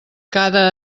cada